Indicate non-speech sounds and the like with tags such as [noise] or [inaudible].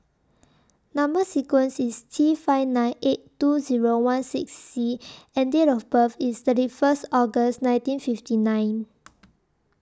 Number sequence IS T five nine eight two Zero one six C and Date of birth IS thirty First August nineteen fifty nine [noise]